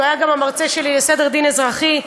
שהיה גם המרצה שלי לסדר דין אזרחי,